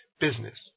business